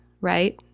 right